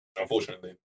unfortunately